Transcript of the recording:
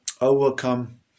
overcome